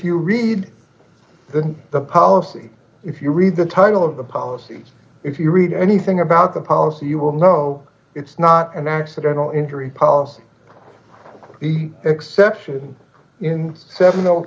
you read the the policy if you read the title of the policy if you read anything about the policy you will know it's not an accidental injury policy the exception in seventy